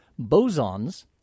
Bosons